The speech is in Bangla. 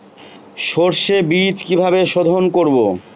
সর্ষে বিজ কিভাবে সোধোন করব?